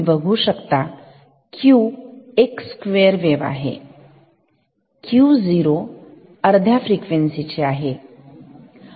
तुम्ही बघू शकता Q एक स्क्वेअर वेव्ह आहे Q0 अर्ध्या फ्रिक्वेन्सी ची आहे